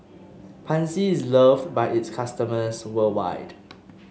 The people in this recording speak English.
Pansy is love by its customers worldwide